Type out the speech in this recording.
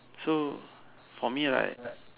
so for me right